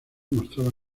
mostraba